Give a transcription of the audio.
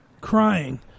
crying